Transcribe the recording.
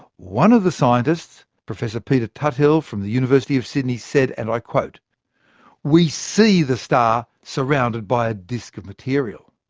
one of the scientists, professor peter tuthill, from the university of sydney said. and like we see the star surrounded by a disk of material,